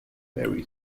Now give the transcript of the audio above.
very